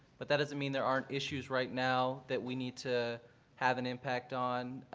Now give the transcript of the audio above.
but that doesn't mean there aren't issues right now that we need to have an impact on.